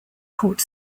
court